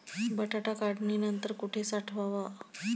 बटाटा काढणी नंतर कुठे साठवावा?